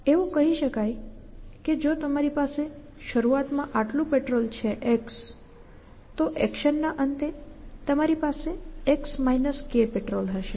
એવું કહી શકાય કે જો તમારી પાસે શરૂઆતમાં આટલું પેટ્રોલ છે X તો એક્શનના અંતે તમારી પાસે X k પેટ્રોલ હશે